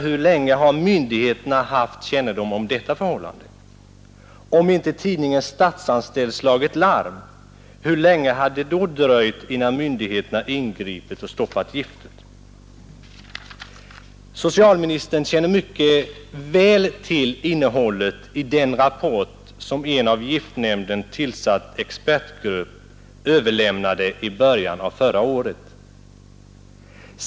Hur länge har myndigheterna haft kännedom om detta förhållande? Om inte tidningen Statsanställd slagit larm, hur länge hade det då dröjt, innan myndigheterna ingripit och stoppat spridningen av giftet? Socialministern känner mycket väl till innehållet i den rapport som en av giftnämnden tillsatt expertgrupp överlämnade i början av förra året.